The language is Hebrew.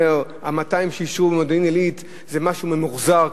הוא אומר: ה-200 שאישרו במודיעין-עילית זה משהו ממוחזר,